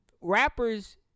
rappers